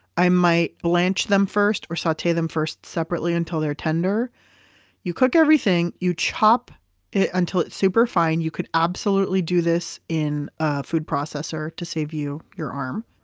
i might blanch them first or saute them first separately until they're tender you cook everything, you chop it until it's super fine. you could absolutely do this in a food processor to save you your arm